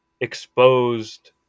exposed